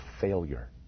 failure